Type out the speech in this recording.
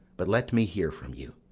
but let me hear from you.